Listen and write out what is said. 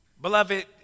Beloved